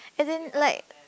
as in like